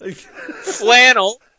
flannel